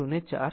22 j 0